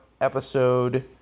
Episode